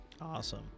awesome